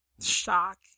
Shock